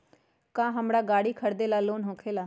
का हमरा गारी खरीदेला लोन होकेला?